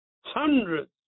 hundreds